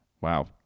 Wow